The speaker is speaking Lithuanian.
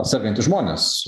sergantys žmonės